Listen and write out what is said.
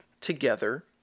together